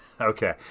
okay